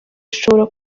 bishobora